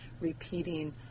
repeating